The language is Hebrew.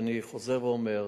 ואני חוזר ואומר: